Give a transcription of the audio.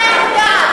כן מתנכלת וכן פוגעת,